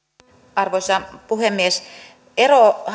arvoisa puhemies ero